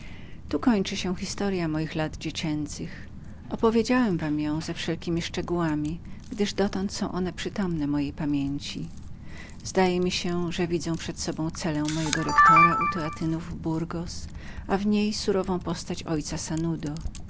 tu kończy się historya moich lat dziecięcych opowiedziałem wam ją ze wszelkiemi szczegółami gdyż dotąd są one przytomne mojej pamięci zdaje mi się że widzę przed sobą cele rektora teatynów z burgos surową postać ojca sanudo